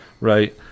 right